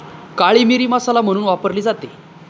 काळी मिरी मसाला म्हणून वापरली जाते